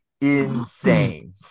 insane